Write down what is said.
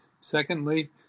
Secondly